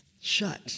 shut